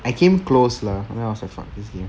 I came close lah then I was like fuck this game